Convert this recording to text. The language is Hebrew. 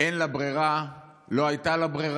אין לה ברירה, לא הייתה לה ברירה,